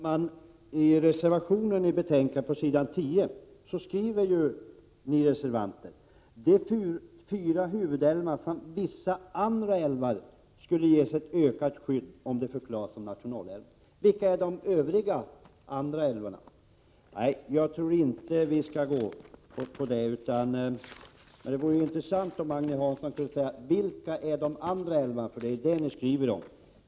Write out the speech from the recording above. Herr talman! I reservation 6 skriver ni reservanter: ”De fyra huvudälvarna samt vissa andra älvar skulle ges ett ökat skydd om de förklarades som nationalälvar.” Vilka är de övriga, andra älvarna? Jag tror inte att vi skall gå på den linjen. Men det vore intressant om Agne Hansson kunde säga vilka de andra älvarna är.